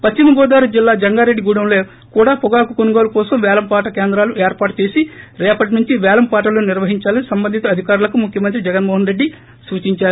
పశ్చిమ గోదావరి జిల్లా జంగారెడ్డిగూడెంలో కూడా పొగాకు కొనుగోలు కోసం పేలంపాట కేంద్రాలు ఏర్పాటు చేసి రేపటి నుంచి పేలం పాటలు నిర్వహించాలని సంబంధిత అధికారులకు ముఖ్యమంత్రి జగన్మోహన్ రెడ్డి సూచించారు